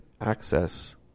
access